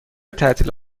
تعطیل